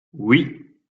oui